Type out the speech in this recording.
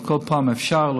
לא כל פעם אפשר,